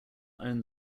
owned